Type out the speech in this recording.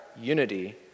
unity